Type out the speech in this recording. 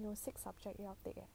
you six subject 要 take eh